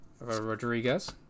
Rodriguez